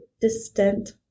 distant